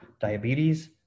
diabetes